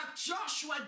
Joshua